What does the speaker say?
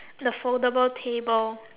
the foldable table